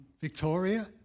Victoria